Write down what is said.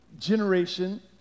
generation